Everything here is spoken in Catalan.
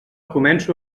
començo